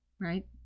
right